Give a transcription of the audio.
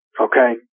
okay